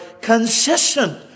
consistent